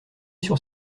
sur